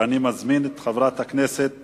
ואני מזמין את חברת הכנסת